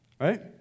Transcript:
right